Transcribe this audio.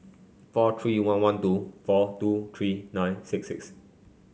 four three one one two four two three nine six